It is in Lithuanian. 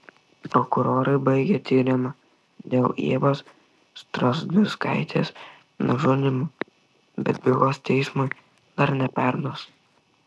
prokurorai baigė tyrimą dėl ievos strazdauskaitės nužudymo bet bylos teismui dar neperduos